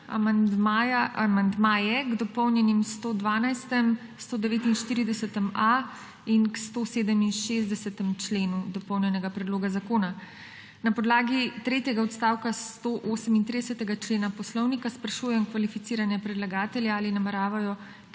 amandmaje k dopolnjenim 112., 149.a in k 167. členu dopolnjenega predloga zakona. Na podlagi tretjega odstavka 138. člena Poslovnika Državnega zbora sprašujem kvalificirane predlagatelje, ali nameravajo